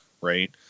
right